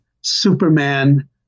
Superman